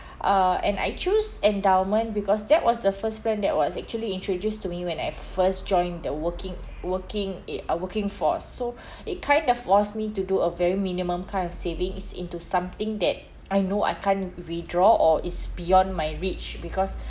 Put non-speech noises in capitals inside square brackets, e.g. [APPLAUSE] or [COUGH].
uh and I choose endowment because that was the first plan that was actually introduced to me when I first joined the working working eh uh working force so [BREATH] it kinda forced me to do a very minimum kind of savings into something that I know I can't withdraw or it's beyond my reach because